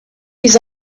his